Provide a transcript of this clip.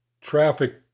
traffic